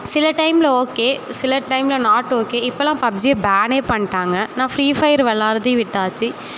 சில டைமில் ஒகே சில டைமில் நாட் ஒகே இப்போல்லாம் பப்ஜியை பேன்னே பண்ணிடாங்க நான் ஃப்ரீ ஃபையர் விளாட்றதையும் விட்டாச்சு